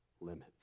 limits